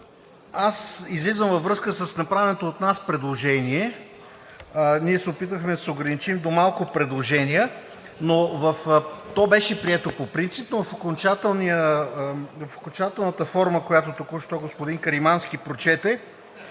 излизам във връзка с направеното от нас предложение. Ние се опитахме да се ограничим до малко предложения, то беше прието по принцип, но в окончателната форма, която току-що господин Каримански прочете,